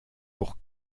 pour